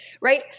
right